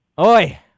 Oi